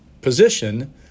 position